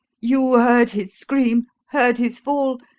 you heard his scream, heard his fall,